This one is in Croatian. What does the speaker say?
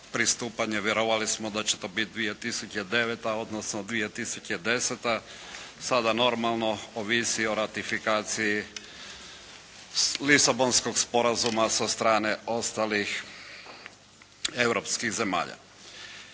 Vjerovali smo da će to biti 2009. odnosno 2010., sada normalno ovisiti o ratifikaciji Lisabonskog sporazuma sa strane ostalih europskih zemalja.